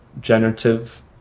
generative